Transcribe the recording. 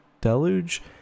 Deluge